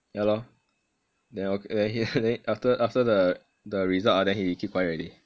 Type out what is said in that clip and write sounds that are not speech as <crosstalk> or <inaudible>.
yah lor then o~ then <laughs> then he after after the the result ah then he keep quiet already